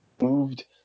moved